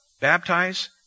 baptize